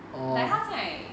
but 他现在